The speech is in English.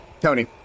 Tony